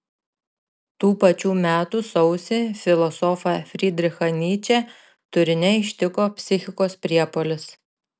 tų pačių metų sausį filosofą frydrichą nyčę turine ištiko psichikos priepuolis